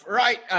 right